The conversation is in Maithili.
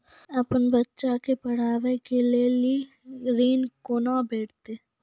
अपन बच्चा के पढाबै के लेल ऋण कुना भेंटते?